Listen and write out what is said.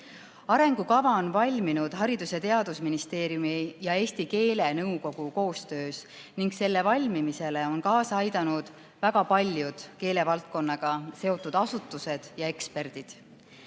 Arengukava on valminud Haridus- ja Teadusministeeriumi ja Eesti keelenõukogu koostöös ning selle valmimisele on kaasa aidanud väga paljud keelevaldkonnaga seotud asutused ja eksperdid.